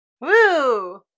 Woo